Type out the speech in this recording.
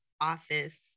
office